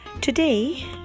Today